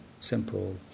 simple